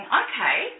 okay